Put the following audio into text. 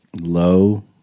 Low